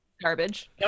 garbage